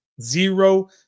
Zero